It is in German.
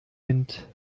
wind